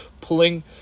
pulling